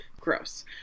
Gross